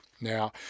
Now